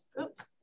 oops